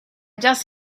just